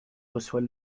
reçoit